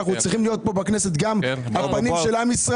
אנחנו צריכים להיות פה בכנסת קודם כל הפנים של עם ישראל.